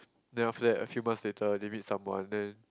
then after that a few months later they meet someone then